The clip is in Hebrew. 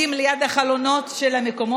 אז אולי נקדים את השאילתה של סגן השר,